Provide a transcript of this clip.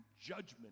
judgment